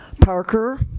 Parker